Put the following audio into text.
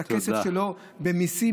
את הכסף שלו במיסים,